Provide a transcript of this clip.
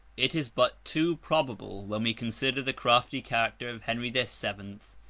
it is but too probable, when we consider the crafty character of henry the seventh,